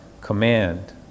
command